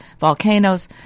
Volcanoes